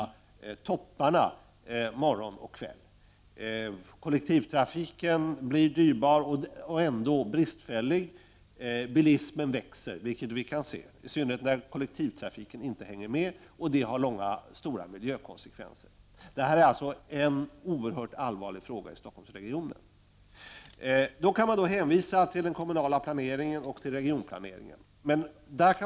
1989/90:32 trafiken blir dyrbar och ändå bristfällig. Bilismen växer, i synnerhet när kol 24 november 1989 lektivtrafiken inte hänger med, och får stora miljökonsekvenser. Detta är alltså en oerhört allvarlig fråga för Stockholmsregionen. Det går då att hänvisa till den kommunala planeringen och till regionplaneringen.